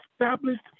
established